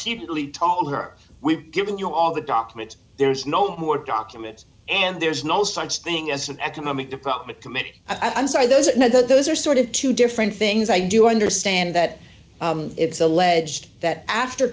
repeatedly told her we've given you all the documents there's no more documents and there's no such thing as an economic development committee i'm sorry those are those are sort of two different things i do understand that it's alleged that after